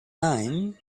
name